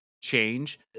change